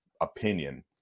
opinion